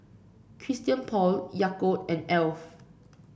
Christian Paul Yakult and Alf